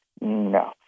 No